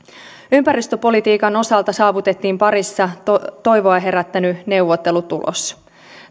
ympäristöpolitiikan osalta saavutettiin pariisissa toivoa herättänyt neuvottelutulos